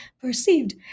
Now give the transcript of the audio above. perceived